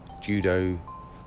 judo